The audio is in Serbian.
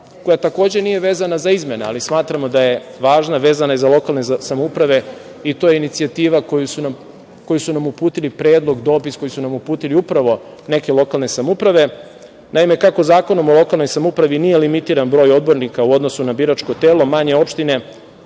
koja takođe nije vezana za izmene, ali smatramo da je važna, vezana je za lokalne samouprave. To je inicijativa, predlog, dopis, koji su nam uputile upravo neke lokalne samouprave. Naime, kako Zakonom o lokalnoj samoupravi nije limitiran broj odbornika u odnosu na biračko telo, manje opštine